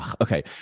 Okay